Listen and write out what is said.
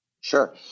Sure